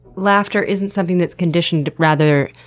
laughter isn't something that's conditioned. rather,